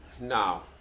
now